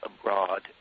abroad